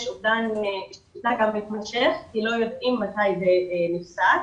אובדן מתמשך כי לא יודעים מתי זה נפסק.